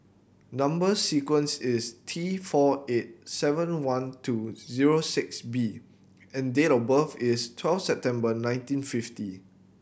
number sequence is T four eight seven one two zero six B and date of birth is twelve September nineteen fifty